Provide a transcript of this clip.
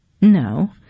No